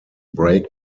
brake